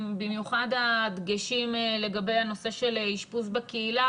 במיוחד הדגשים לגבי הנושא של אשפוז בקהילה,